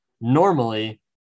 normally